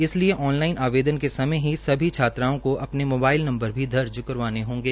इसलिए ऑनलाईन आवेदन के समय ही सभी छात्राओं को अपने मोबाईल नम्बर भी दर्ज करवाने होंगे